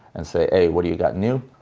and say, hey, what do you got new?